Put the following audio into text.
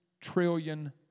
trillion